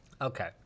Okay